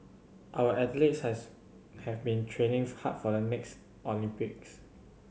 our athletes has have been training hard for the next Olympics